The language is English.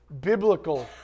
biblical